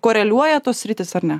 koreliuoja tos sritys ar ne